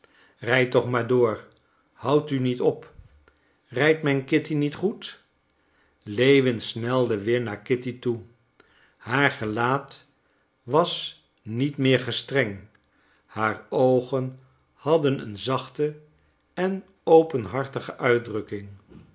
rijd toch maar door houd u niet op rijdt mijn kitty niet goed lewin snelde weer naar kitty toe haar gelaat was niet meer gestreng haar oogen hadden een zachte en openhartige uitdrukking